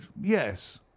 yes